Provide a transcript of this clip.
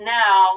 now